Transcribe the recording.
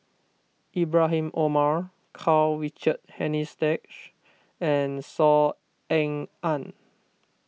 Ibrahim Omar Karl Richard Hanitsch and Saw Ean Ang